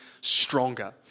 stronger